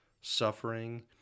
suffering